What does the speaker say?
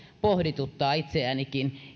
pohdituttaa itseänikin